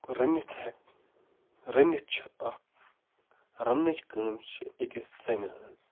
رٔنِتھ ہٮ۪کَو زٔنِتھ چھُ اَکھ رَنٛنٕچۍ کٲم چھِ أکِس زَنہِ ہٕنٛز